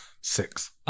Six